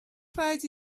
rhaid